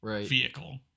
vehicle